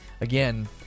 again